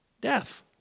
death